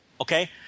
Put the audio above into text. Okay